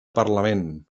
parlament